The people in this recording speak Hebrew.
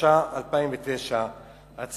התש"ע 2009. כפי שאמרתי,